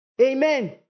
Amen